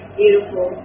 beautiful